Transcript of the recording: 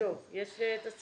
אז